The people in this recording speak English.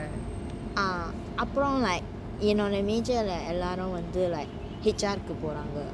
ah after all like in on a major like எல்லாரும் வந்து:ellarum vanthu like H_R போறாங்க:poranga